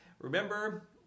Remember